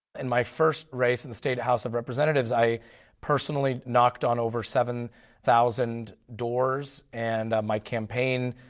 and my first race in the state of house of representatives i personally knocked on over seven thousand doors and my campaign,